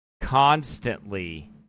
constantly